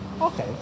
Okay